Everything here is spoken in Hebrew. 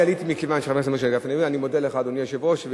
אני מודה לך, אדוני היושב-ראש.